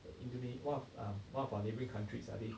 the indonesia one of um one of our neighbouring countries ah they